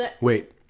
Wait